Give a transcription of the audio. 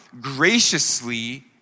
graciously